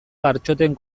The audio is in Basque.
gartxoten